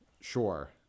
Sure